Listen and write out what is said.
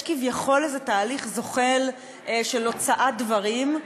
יש כביכול איזה תהליך זוחל של הוצאת דברים,